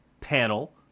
panel